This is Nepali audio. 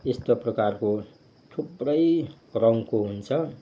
यस्तो प्रकारको थुप्रै रङ्गको हुन्छ